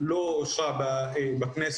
לא אושרה בכנסת,